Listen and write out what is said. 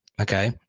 Okay